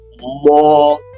more